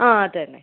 ആ അത് തന്നെ